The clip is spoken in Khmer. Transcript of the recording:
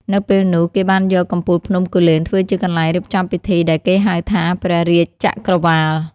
នៅពេលនោះ គេបានយកកំពូលភ្នំគូលែនធ្វើជាកន្លែងរៀបចំពិធីដែលគេហៅថា ព្រះរាជ្យចក្រវាល។